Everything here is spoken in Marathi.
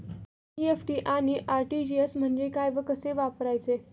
एन.इ.एफ.टी आणि आर.टी.जी.एस म्हणजे काय व कसे वापरायचे?